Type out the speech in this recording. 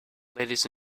ladies